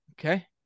okay